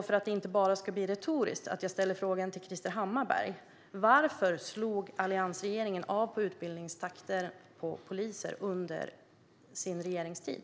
För att den inte ska bli enbart retorisk ställer jag frågan till Krister Hammarbergh: Varför slog alliansregeringen av på utbildningstakten för poliser under sin regeringstid?